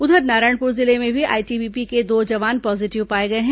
उधर नारायणपुर जिले में भी आईटीबीपी के दो जवान पॉजिटिव पाए गए हैं